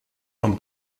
von